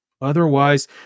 Otherwise